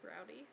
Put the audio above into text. Rowdy